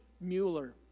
Mueller